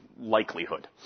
likelihood